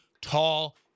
tall